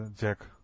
Jack